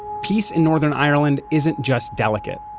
peace in northern ireland isn't just delicate.